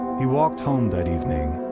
he walked home that evening,